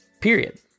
period